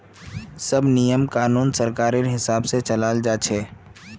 सब नियम कानून सरकारेर हिसाब से चलाल जा छे